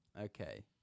Okay